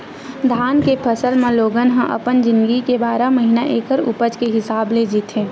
धान के फसल म लोगन ह अपन जिनगी के बारह महिना ऐखर उपज के हिसाब ले जीथे